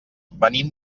venim